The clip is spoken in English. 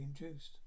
induced